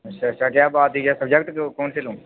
अच्छा अच्छा क्या की ऐ सब्जेक्ट कौन से लूं